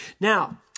Now